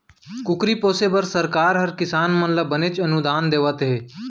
कुकरी पोसे बर सरकार हर किसान मन ल बनेच अनुदान देवत हे